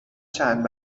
چند